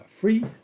free